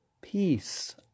Peace